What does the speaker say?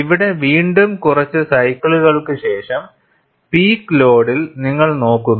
ഇവിടെ വീണ്ടും കുറച്ച് സൈക്കിളുകൾക്ക് ശേഷം പീക്ക് ലോഡിൽ നിങ്ങൾ നോക്കുന്നു